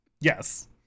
Yes